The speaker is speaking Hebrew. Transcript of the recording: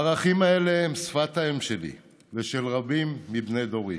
הערכים האלה הם שפת האם שלי ושל רבים מבני דורי.